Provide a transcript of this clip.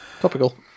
topical